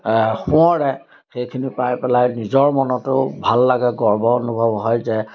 সোঁৱৰে সেইখিনি পাই পেলাই নিজৰ মনতো ভাল লাগে গৰ্ব অনুভৱ হয় যে